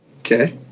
Okay